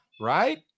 right